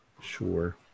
Sure